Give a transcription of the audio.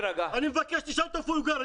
תשאל אותו איפה הוא גר.